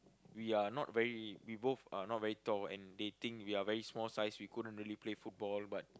we are not very we both are not very tall and they think we are very small size we couldn't really play football but